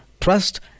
trust